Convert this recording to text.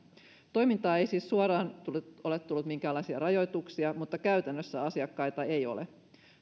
toimintaan ei siis suoraan ole tullut minkäänlaisia rajoituksia mutta käytännössä asiakkaita ei ole